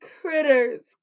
critters